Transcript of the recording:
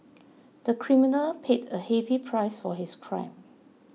the criminal paid a heavy price for his crime